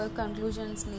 conclusions